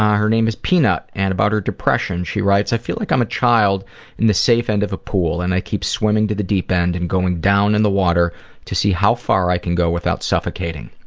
her name is peanut, and about her depression she writes, i feel like i'm a child in the safe end of the pool and i keep swimming to the deep end and going down in the water to see how far i can go without suffocating.